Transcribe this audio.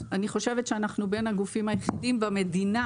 אני חושבת שאנחנו בין הגופים היחידים במדינה